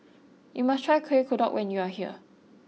you must try Kuih Kodok when you are here